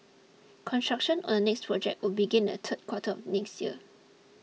construction on the next project would begin in third quarter of next year